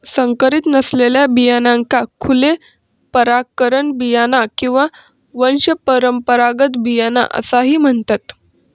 संकरीत नसलेल्या बियाण्यांका खुले परागकण बियाणा किंवा वंशपरंपरागत बियाणा असाही म्हणतत